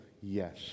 Yes